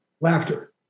Laughter